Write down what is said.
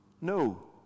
no